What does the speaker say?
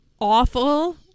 awful